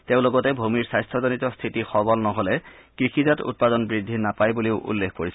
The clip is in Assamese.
তেওঁ লগতে ভূমিৰ স্বাস্থজনিত স্থিতি সৱল নহলে কৃষিজাত উৎপাদন বৃদ্ধি নাপায় বুলিও উল্লেখ কৰিছিল